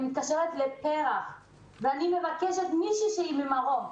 אני מתקשרת לפר"ח ואני מבקשת מישהי ממרום.